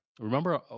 Remember